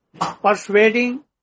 persuading